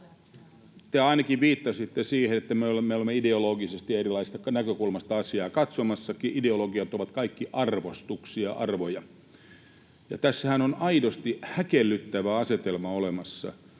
Te ainakin viittasitte siihen, että me olemme ideologisesti erilaisesta näkökulmasta asiaa katsomassa. Ideologiat ovat kaikki arvostuksia, arvoja, ja tässähän on aidosti häkellyttävä asetelma olemassa.